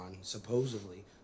supposedly